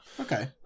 okay